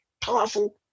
powerful